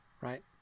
right